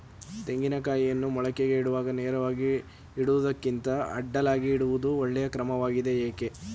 ತೆಂಗಿನ ಕಾಯಿಯನ್ನು ಮೊಳಕೆಗೆ ಇಡುವಾಗ ನೇರವಾಗಿ ಇಡುವುದಕ್ಕಿಂತ ಅಡ್ಡಲಾಗಿ ಇಡುವುದು ಒಳ್ಳೆಯ ಕ್ರಮವಾಗಿದೆ ಏಕೆ?